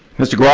mr. grosso,